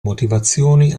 motivazioni